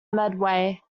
medway